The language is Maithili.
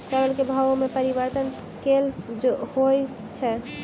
चावल केँ भाव मे परिवर्तन केल होइ छै?